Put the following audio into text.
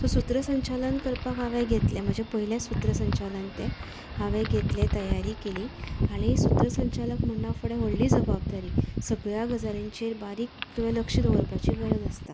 so सुत्रसंचालन करपाक हांवेन घेतले म्हजे पयलेच सुत्रसंचालन तें हांवेन घेतले तयारी केली आनी सुत्रसंचालक म्हणना फुडें व्हडली जबाबदारी सगळ्या गजालींचेर बारीक लक्ष दवरपाची गरज आसता